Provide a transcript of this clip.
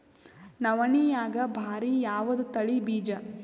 ನವಣಿಯಾಗ ಭಾರಿ ಯಾವದ ತಳಿ ಬೀಜ?